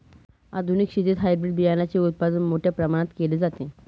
आधुनिक शेतीत हायब्रिड बियाणाचे उत्पादन मोठ्या प्रमाणात केले जाते